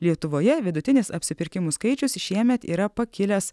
lietuvoje vidutinis apsipirkimų skaičius šiemet yra pakilęs